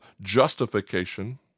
justification